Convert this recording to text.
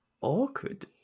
awkward